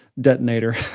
detonator